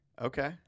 Okay